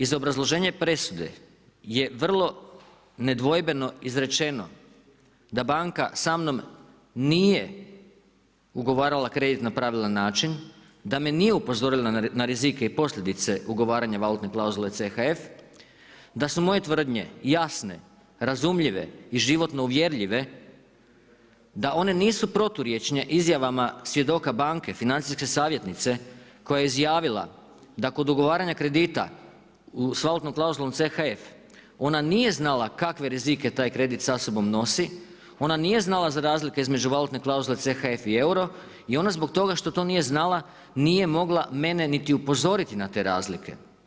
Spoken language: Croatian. Iz obrazloženja presude je vrlo nedvojbeno izrečeno da banka sa mnom nije ugovarala kreditna pravila na način da me nije upozorila na rizike i posljedice ugovaranja valutne klauzule CHF, da su moje tvrdnje jasne, razumljive i životno uvjerljive, da one nisu proturječne izjavama svjedoka banke financijske savjetnice koja je izjavila da kod ugovaranja kredita s valutnom klauzulom CHF ona nije znala kakve rizike taj kredit sa sobom nosi, ona nije znala za razlike između valutne klauzule CHF i euro i ona zbog toga što to nije znala nije mogla mene niti upozoriti na te razlike.